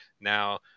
now